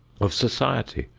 of society,